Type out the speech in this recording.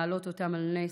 להעלות אותם על נס,